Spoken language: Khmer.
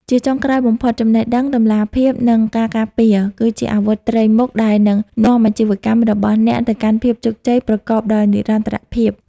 ជាចុងក្រោយបំផុត "ចំណេះដឹង តម្លាភាព និងការការពារ" គឺជាអាវុធត្រីមុខដែលនឹងនាំអាជីវកម្មរបស់អ្នកទៅកាន់ភាពជោគជ័យប្រកបដោយនិរន្តរភាព។